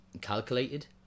calculated